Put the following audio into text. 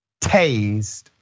tased